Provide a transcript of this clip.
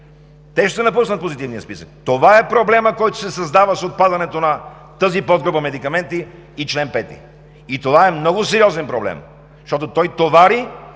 те ще напуснат Позитивния списък! Това е проблемът, който се създава с отпадането на тази подгрупа медикаменти и чл. 5. Това е много сериозен проблем, защото товари